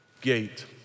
Gate